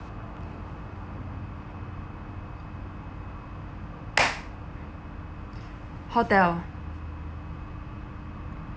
hotel